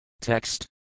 Text